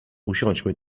usiądźmy